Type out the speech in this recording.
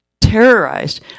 terrorized